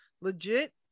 Legit